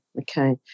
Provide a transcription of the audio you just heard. okay